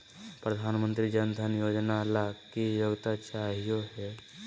प्रधानमंत्री जन धन योजना ला की योग्यता चाहियो हे?